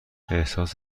احساس